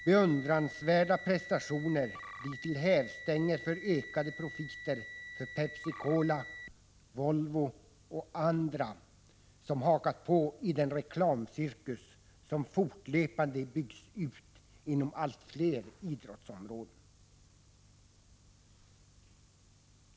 Beundransvärda prestationer blir till hävstänger för ökade profiter för Pepsi Cola, Volvo och andra som har hakat på den reklamcirkus som fortlöpande byggs ut inom allt fler idrottsområden.